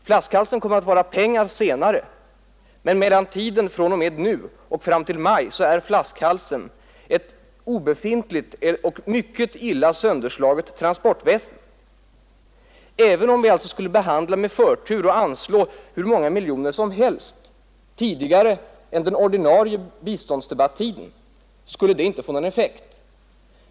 Flaskhalsen kommer att vara pengar senare, men under tiden från nu och fram till maj är flaskhalsen ett obefintligt eller illa sönderslaget transportväsen. Även om vi alltså skulle behandla ärendet med förtur och anslå hur många miljoner som helst före den utsatta tidpunkten för biståndsfrågornas avgörande, skulle det inte få någon effekt.